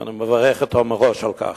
ואני מברך אותו מראש על כך.